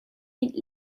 mit